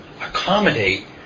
accommodate